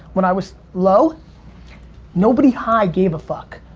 when i was low nobody high gave a fuck.